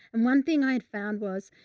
and one thing i had found was.